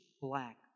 black